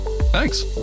Thanks